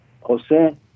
Jose